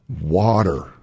Water